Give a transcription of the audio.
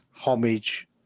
homage